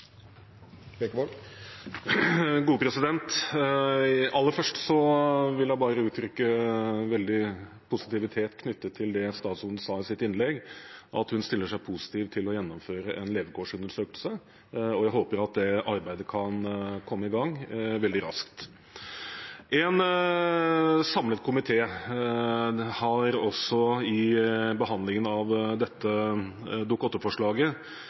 Aller først vil jeg uttrykke en veldig positivitet knyttet til det statsråden sa i sitt innlegg, at hun stiller seg positiv til å gjennomføre en levekårsundersøkelse. Jeg håper at det arbeidet kan komme i gang veldig raskt. En samlet komité har også i behandlingen av dette